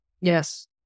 Yes